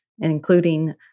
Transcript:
including